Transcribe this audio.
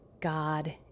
God